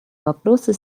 вопросы